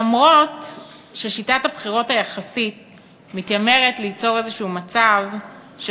אף ששיטת הבחירות היחסית מתיימרת ליצור מצב כלשהו